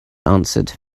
answered